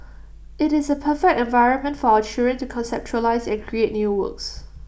IT is A perfect environment for our children to conceptualise and create new works